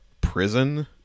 prison